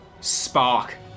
spark